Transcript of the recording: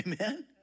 Amen